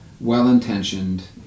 well-intentioned